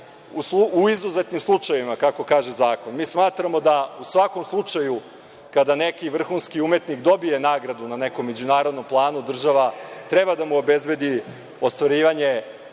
u izuzetnim slučajevima, kako kaže zakon. Mi smatramo da u svakom slučaju kada neki vrhunski umetnik dobije nagradu na nekom međunarodnom planu, država treba da mu obezbedi ostvarivanje